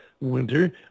winter